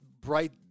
bright